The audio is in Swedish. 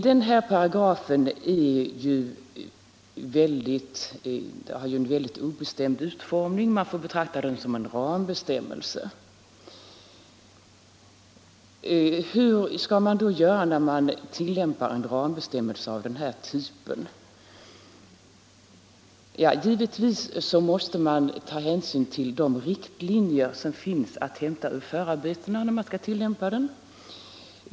Den här paragrafen har ju en väldigt obestämd utformning — man får betrakta den som en rambestämmelse. Hur skall man då göra när man tillämpar en rambestämmelse av den här typen? Ja, givetvis måste man ta hänsyn till de riktlinjer som finns att hämta ur förarbetena, när man skall tillämpa den.